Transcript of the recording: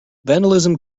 vandalism